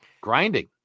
grinding